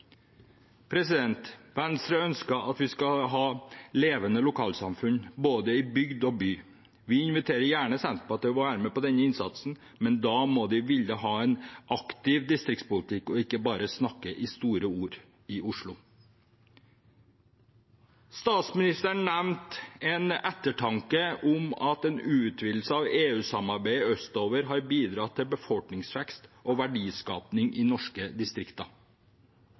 Venstre ønsker at vi skal ha levende lokalsamfunn, i både bygd og by. Vi inviterer gjerne Senterpartiet til å være med på denne innsatsen, men da må de ville ha en aktiv distriktspolitikk og ikke bare snakke i store ord i Oslo. Statsministeren nevnte som en ettertanke at en utvidelse av EU-samarbeidet østover har bidratt til befolkningsvekst og verdiskaping i norske distrikter.